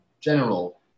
general